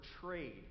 trade